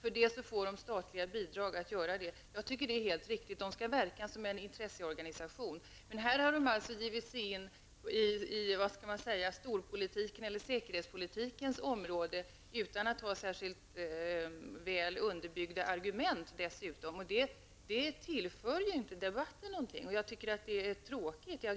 Organisationen får statliga bidrag för att fullgöra sina uppgifter. Det är helt riktigt. Rådet skall verka som en intresseorganisation. Men här har rådet givit sig in på säkerhetspolitikens område, dessutom utan att ha särskilt väl underbyggda argument. Detta tillför ju inte någonting till debatten. Det är tråkigt.